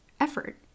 effort